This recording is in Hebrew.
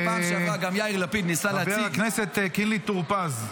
ובפעם שעברה גם יאיר לפיד ניסה להציג --- חבר הכנסת קינלי טור פז,